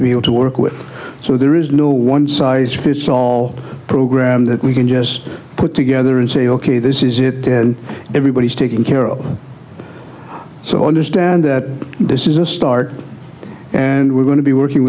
to be able to work with so there is no one so it's fits all program that we can just put together and say ok this is it and everybody's taken care of so i understand that this is a start and we're going to be working